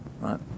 Right